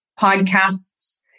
podcasts